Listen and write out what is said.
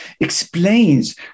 explains